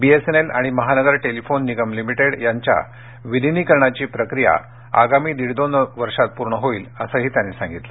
BSNL आणि Mahanagar telephone Nigam limited यांच्या विलिनीकरणाची प्रक्रिया आगामी दीड दोन वर्षात पूर्ण होईल असंही ते म्हणाले